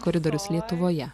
koridorius lietuvoje